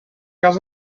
cas